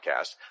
podcast